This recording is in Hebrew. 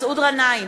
מסעוד גנאים,